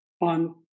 on